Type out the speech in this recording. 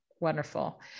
wonderful